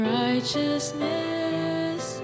righteousness